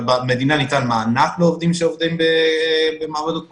אבל במדינה ניתן מענק לעובדים שעובדים במעבדות קורונה,